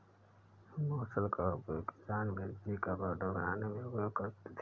मुसल का उपयोग किसान मिर्ची का पाउडर बनाने में उपयोग करते थे